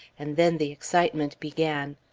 and then the excitement began.